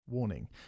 Warning